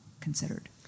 considered